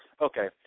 okay